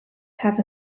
have